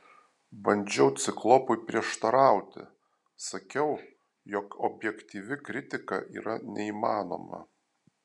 bandžiau ciklopui prieštarauti sakiau jog objektyvi kritika yra neįmanoma